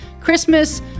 Christmas